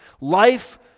Life